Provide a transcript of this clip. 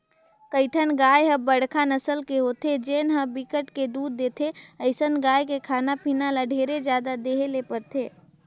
कइठन गाय ह बड़का नसल के होथे जेन ह बिकट के दूद देथे, अइसन गाय के खाना पीना ल ढेरे जादा देहे ले परथे